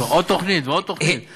אז עוד תוכנית ועוד תוכנית?